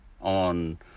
on